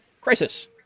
Crisis